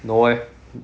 no eh